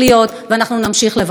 ואנחנו נמשיך לבקר אותה.